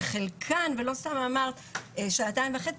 ולא סתם אמרת שעתיים וחצי,